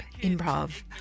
improv